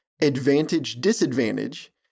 advantage-disadvantage